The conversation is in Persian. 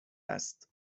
است